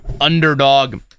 underdog